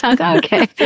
Okay